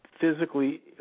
physically